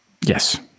Yes